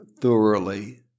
thoroughly